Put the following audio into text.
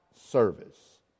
service